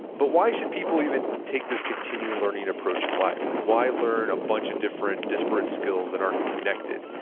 but why should people even take this continual learning approach in life? like why learn a bunch of different disparate skills that aren't connected?